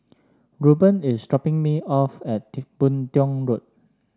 Reuben is dropping me off at Boon Tiong Road